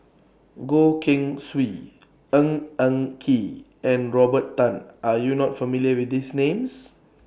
Goh Keng Swee Ng Eng Kee and Robert Tan Are YOU not familiar with These Names